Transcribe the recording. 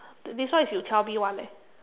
this one is you tell me [one] leh